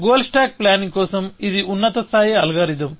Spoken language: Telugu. గోల్ స్టాక్ ప్లానింగ్ కోసం ఇది ఉన్నత స్థాయి అల్గోరిథం